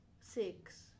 Six